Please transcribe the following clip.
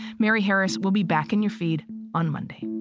mary harris will be back in your feed on monday